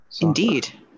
Indeed